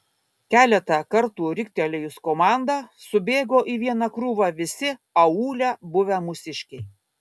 keletą kartų riktelėjus komandą subėgo į vieną krūvą visi aūle buvę mūsiškiai